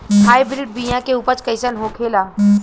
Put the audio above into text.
Hybrid बीया के उपज कैसन होखे ला?